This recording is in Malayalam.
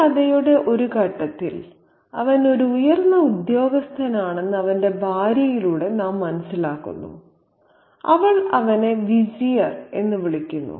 ഈ കഥയുടെ ഒരു ഘട്ടത്തിൽ അവൻ ഒരു ഉയർന്ന ഉദ്യോഗസ്ഥനാണെന്ന് അവന്റെ ഭാര്യയിലൂടെ നാം മനസ്സിലാക്കുന്നു അവൾ അവനെ വിസിയർ എന്ന് വിളിക്കുന്നു